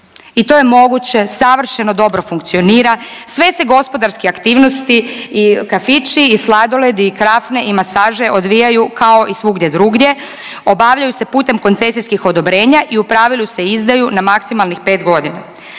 i to je moguće, savršeno dobro funkcionira, sve se gospodarske aktivnosti i kafići i sladoledi i krafne i masaže odvijaju kao i svugdje drugdje, obavljaju se putem koncesijskih odobrenja i u pravilu se izdaju na maksimalnih 5 godina.